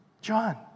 John